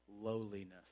lowliness